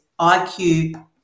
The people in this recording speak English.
IQ